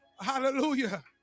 Hallelujah